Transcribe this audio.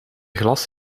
glas